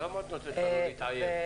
למה את נותנת לנו להתעייף?